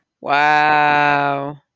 Wow